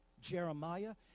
Jeremiah